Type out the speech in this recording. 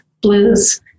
blues